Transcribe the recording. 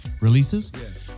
releases